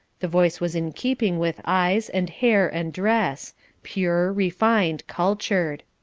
the voice was in keeping with eyes, and hair, and dress pure, refined, cultured.